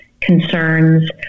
concerns